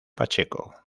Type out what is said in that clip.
pacheco